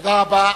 תודה רבה.